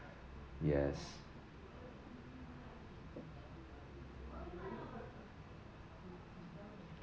yes